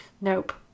Nope